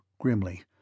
grimly